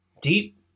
deep